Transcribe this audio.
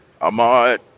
Ahmad